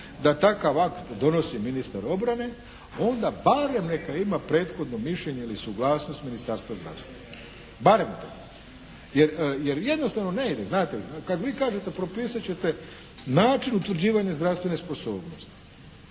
da takav akt donosi ministar obrane onda barem neka ima prethodno mišljenje ili suglasnost Ministarstva zdravstva, barem to. Jer jednostavno ne ide, znate. Kad vi kažete propisat ćete način utvrđivanja zdravstvene sposobnosti,